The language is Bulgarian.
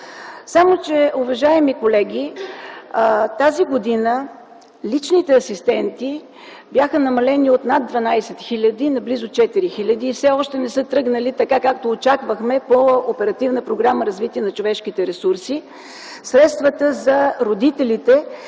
Само че, уважаеми колеги, тази година личните асистенти бяха намалени от над 12 хиляди на близо 4 хиляди все още не са тръгнали така, както очаквахме по Оперативна програма „Развитие на човешките ресурси” средствата за родителите,